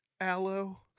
aloe